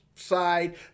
Side